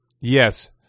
Yes